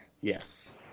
Yes